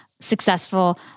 successful